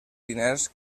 diners